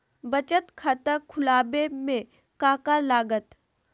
बचत खाता खुला बे में का का लागत?